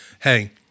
hey